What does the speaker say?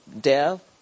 death